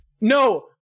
no